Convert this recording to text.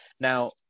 now